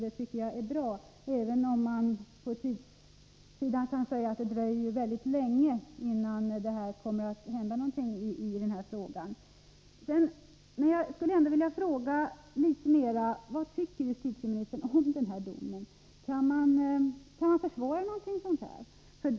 Det tycker jag är bra, även om det ju dröjer mycket länge innan det kommer att hända någonting i den här frågan. Jag skulle vilja fråga justitieministern litet mera om vad han tycker om den här domen. Kan man försvara någonting sådant?